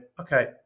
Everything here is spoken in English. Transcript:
okay